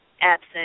absent